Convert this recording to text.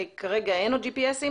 כרגע אין עוד GPS,